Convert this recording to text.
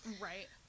Right